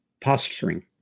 posturing